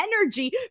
energy